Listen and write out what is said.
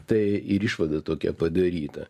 tai ir išvada tokia padaryta